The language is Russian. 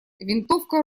винтовка